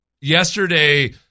Yesterday